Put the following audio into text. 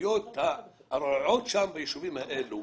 התשתיות הרעועות שם ביישובים האלו